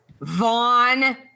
Vaughn